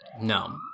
No